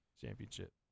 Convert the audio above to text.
championship